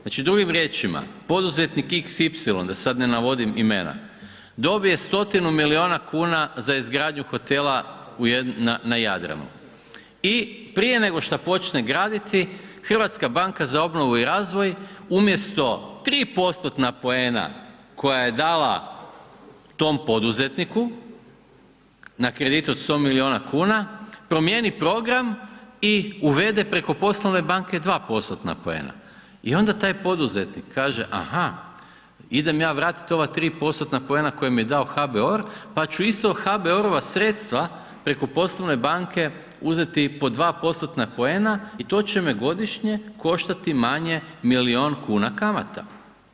Znači drugim riječima, poduzetnik xy da sad ne navodim imena, dobije stotinu milijuna kuna za izgradnju hotela na Jadranu i prije nego šta počne graditi, HBOR umjesto 3%-tna poena koja je dala tom poduzetniku na kredit od 100 milijuna kuna, promijeni program i uvede preko poslovne banke 2%-tna poena i onda taj poduzetnik kaže aha, idem ja vratiti ova 3%-tna poena koja mi je dao HBOR pa ću ista HBOR-ova sredstva preko poslovne banke uzeti pod 2%-tna poena i to će me godišnje koštati manje milijun kuna kamata.